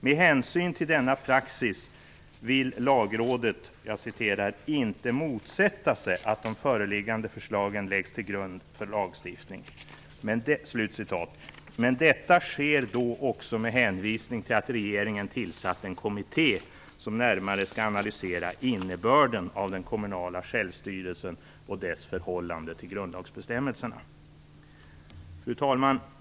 Med hänsyn till denna praxis vill Lagrådet "inte motsätta sig att de föreliggande förslagen läggs till grund för lagstiftning". Detta sker då också med hänvisning till att regeringen tillsatt en kommitté som närmare skall analysera innebörden av den kommunala självstyrelsen och dess förhållanden till grundlagsbestämmelserna. Fru talman!